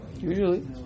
Usually